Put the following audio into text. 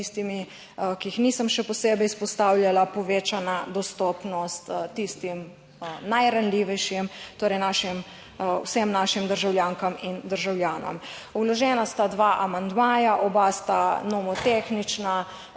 ki jih nisem še posebej izpostavljala, povečana dostopnost tistim najranljivejšim, torej našim, vsem našim državljankam in državljanom. Vložena sta dva amandmaja. Oba sta nomotehnična